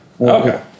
Okay